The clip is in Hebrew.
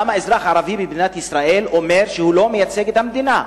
למה אזרח ערבי במדינת ישראל אומר שהוא לא מייצג את המדינה.